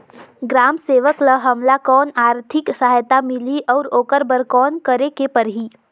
ग्राम सेवक ल हमला कौन आरथिक सहायता मिलही अउ ओकर बर कौन करे के परही?